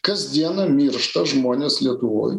kas dieną miršta žmonės lietuvoj